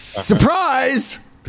Surprise